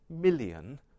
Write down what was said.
million